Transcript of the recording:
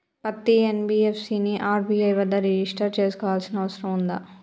పత్తి ఎన్.బి.ఎఫ్.సి ని ఆర్.బి.ఐ వద్ద రిజిష్టర్ చేసుకోవాల్సిన అవసరం ఉందా?